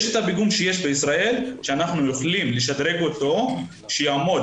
יש את הפיגום שיש בישראל שאנחנו יכולים לשדרג אותו שיעמוד